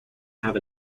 have